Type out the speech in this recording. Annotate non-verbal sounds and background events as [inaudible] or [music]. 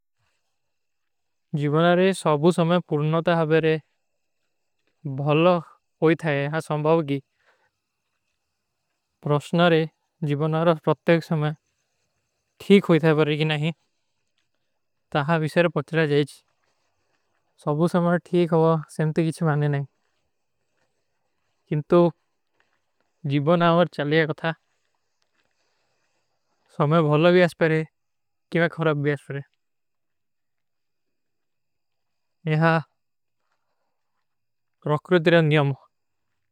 ଜିଵନାରେ ସବୁ ସମଯ ପୁର୍ଣତା ହାବେରେ [hesitation] ଭଲା ହୋଈ ଥାଯେ, ହାଁ ସମଭାଵଗୀ। ପ୍ରସ୍ଣାରେ ଜିଵନାରେ ପ୍ରତ୍ତେକ ସମଯ ଠୀକ ହୋଈ ଥାଯେ ବାରେ କୀ ନାହୀ। ତାହାଂ ଵିଶେର ପଚ୍ଚରା ଜାଯେଚ। ସବୁ ସମଯ ଠୀକ ହୋଈ ସେମ୍ତେ କିଛ ମାନେ ନାହୀ। ପ୍ରସ୍ଣାରେ ଜିଵନାରେ ପୁର୍ଣତା ହାବେରେ ଭଲା ହୋଈ ଥାଯେ, ହାଁ ସମଭାଵଗୀ।